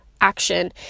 action